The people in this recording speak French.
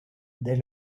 dès